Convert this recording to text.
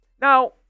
Now